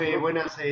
buenas